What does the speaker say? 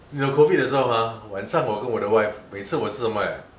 你懂 COVID 的时候 !huh! 晚上我跟我的 wife 每次吃什么 eh